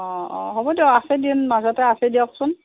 অঁ অঁ হ'ব দিয়ক আছে দিন মাজতে আছে দিয়কচোন